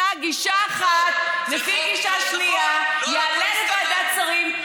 לפי גישה אחת, לפי גישה שנייה, יעלה לוועדת שרים.